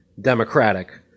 democratic